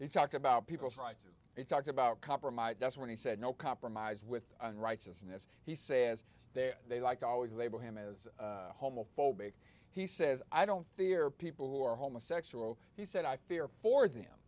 they talked about people's rights it talks about compromise that's when he said no compromise with righteousness he says there they like to always label him as homophobic he says i don't fear people who are homosexual he said i fear for them